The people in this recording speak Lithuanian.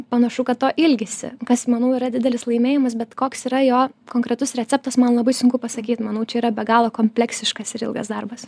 panašu kad to ilgisi kas manau yra didelis laimėjimas bet koks yra jo konkretus receptas man labai sunku pasakyt manau čia yra be galo kompleksiškas ir ilgas darbas